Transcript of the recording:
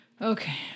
Okay